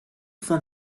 van